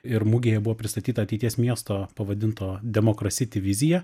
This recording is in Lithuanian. ir mugėje buvo pristatyta ateities miesto pavadinto democracity vizija